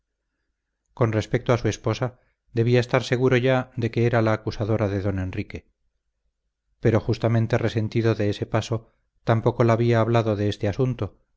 con respecto a su esposa debía estar seguro ya de que era la acusadora de don enrique pero justamente resentido de ese paso tampoco la había hablado de este asunto